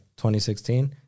2016